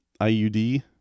IUD